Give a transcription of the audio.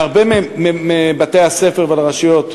להרבה מבתי-הספר ולרשויות,